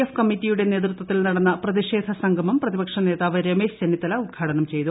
F കമ്മിറ്റിയുടെ നേതൃത്വത്തിൽ നടന്ന പ്രതിഷേധ സംഗമം പ്രതിപക്ഷ് നേതാവ് രമേശ് ചെന്നിത്തല ഉദ്ഘാടനം ചെയ്തു